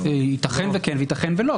יתכן וכן ויתכן ולא.